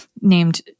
named